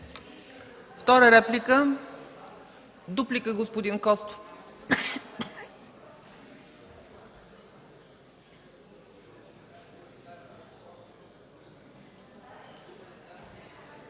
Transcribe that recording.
Втора реплика? Дуплика – господин Костов.